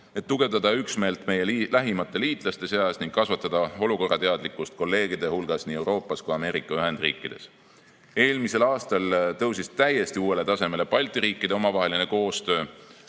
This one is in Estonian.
et tugevdada üksmeelt meie lähimate liitlaste seas ning kasvatada olukorrateadlikkust kolleegide hulgas nii Euroopas kui ka Ameerika Ühendriikides. Eelmisel aastal tõusis täiesti uuele tasemele Balti riikide omavaheline koostöö